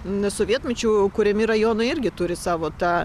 nes sovietmečiu kuriami rajonai irgi turi savo tą